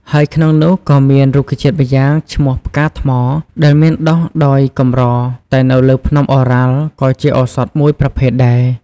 ហើយក្នុងនោះ ក៏មានរុក្ខជាតិម្យ៉ាងឈ្មោះផ្កាថ្ម ដែលមានដុះដោយកម្រតែនៅលើភ្នំឱរ៉ាល់ក៏ជាឱសថ ១ ប្រភេទដែរ។